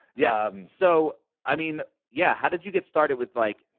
yeah, um so i mean, yeah, how did you get started with like,